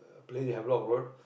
place in Havelock Road